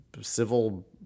civil